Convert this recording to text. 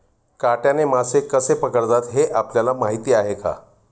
काट्याने मासे कसे पकडतात हे आपल्याला माहीत आहे का?